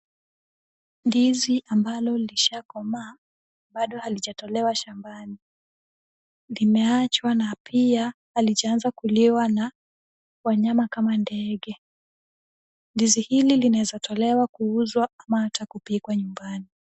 Ndizi ambalo lishakomaa bado halijatolewa shambani. Limeachwa na pia halijaanza kuliwa na wanyama kama ndege. Ndizi hili linawezatolewa kuuzwa au ata kupikwa nyumbani.